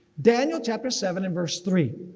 daniel chapter seven and verse three.